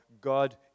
God